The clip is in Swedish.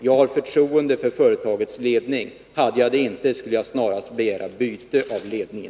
Jag har förtroende för företagets ledning — hade jag inte det skulle jag snarast begära ett byte av ledningen.